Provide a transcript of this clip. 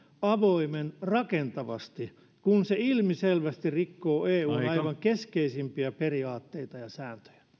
avoimen rakentavasti kun se ilmiselvästi rikkoo eun aivan keskeisimpiä periaatteita ja sääntöjä